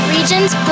Regions